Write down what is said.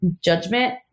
judgment